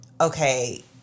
okay